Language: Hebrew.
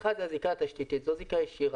האחד הוא הזיקה התשתיתית זו זיקה ישירה.